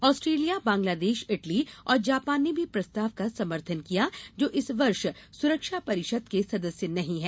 Australia Bangladesh Italy और Japan ने भी प्रस्ताव का समर्थन किया जो इस वर्ष सुरक्षा परिषद के सदस्य नहीं है